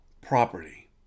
property